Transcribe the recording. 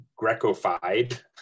Grecofied